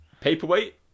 Paperweight